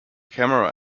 camera